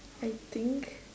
I think